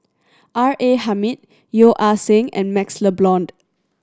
R A Hamid Yeo Ah Seng and MaxLe Blond